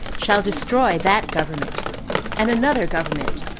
shall destroy that government and another government,